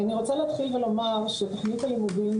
אני רוצה להתחיל ולומר שתוכנית הלימודים